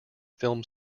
film